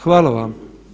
Hvala vam.